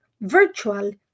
virtual